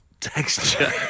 texture